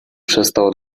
przestał